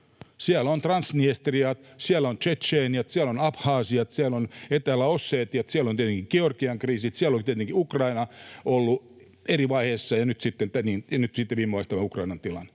siellä on Transnistria, siellä on Tšetšenia, siellä on Abhasia, siellä on Etelä-Ossetia, siellä on tietenkin Georgian kriisi, siellä on tietenkin Ukraina ollut eri vaiheissa ja nyt sitten viime vuodesta Ukrainan tilanne.